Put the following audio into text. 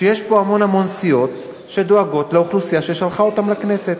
שיש פה המון המון סיעות שדואגות לאוכלוסייה ששלחה אותן לכנסת,